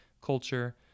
culture